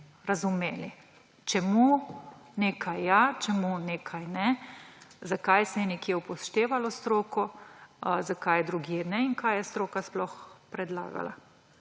razumeli, čemu nekaj ja, čemu nekaj ne, zakaj se je nekje upoštevala stroka, zakaj drugje ne in kaj je stroka sploh predlagala.